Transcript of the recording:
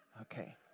Okay